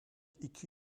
iki